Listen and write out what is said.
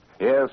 Yes